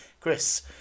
chris